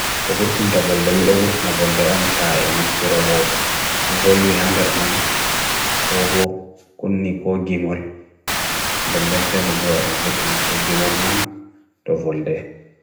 Do sona to hauti boggi mbangu ha bandu mai.